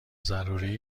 ضروری